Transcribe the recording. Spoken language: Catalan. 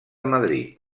madrid